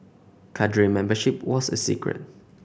cadre membership was a secret